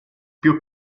più